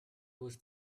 was